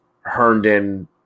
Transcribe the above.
Herndon